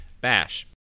bash